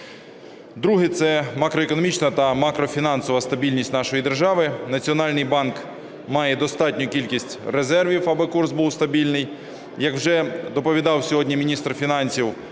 Друге – це макроекономічна та макрофінансова стабільність нашої держави. Національний банк має достатню кількість резервів, аби курс був стабільний. Як вже доповідав сьогодні міністр фінансів,